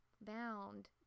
bound